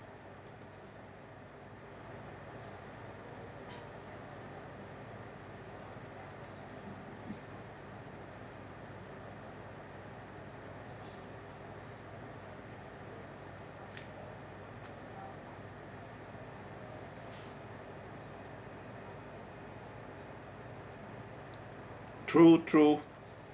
true true